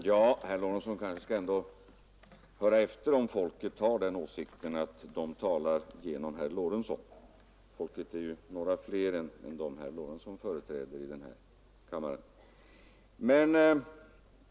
Herr talman! Herr Lorentzon kanske ändå skall höra efter om folket har den åsikten att det talar genom herr Lorentzon; folket är ju några fler än de som herr Lorentzon företräder här i kamiuaren.